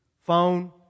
Phone